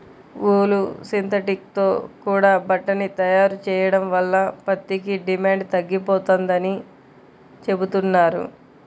ఊలు, synthetic తో కూడా బట్టని తయారు చెయ్యడం వల్ల పత్తికి డిమాండు తగ్గిపోతందని చెబుతున్నారు